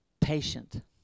patient